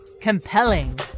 Compelling